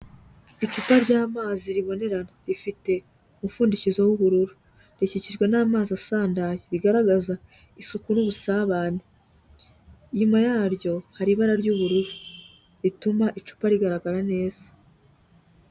Icupa ry'amazi ribonera rifite umupfundikizo w'ubururu, rikikijwe n'amazi asandaye bigaragaza isuku n'ubusabane. Inyuma yaryo hari ibara ry'ubururu rituma icupa rigaragara neza.